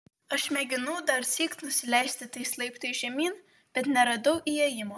aš mėginau darsyk nusileisti tais laiptais žemyn bet neradau įėjimo